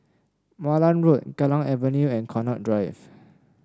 Malan Road Kallang Avenue and Connaught Drive